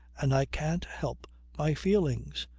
and i can't help my feelings.